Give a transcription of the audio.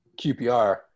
QPR